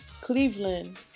Cleveland